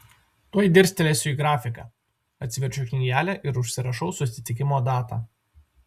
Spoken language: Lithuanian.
tuoj dirstelėsiu į grafiką atsiverčiu knygelę ir užsirašau susitikimo datą